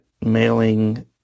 mailing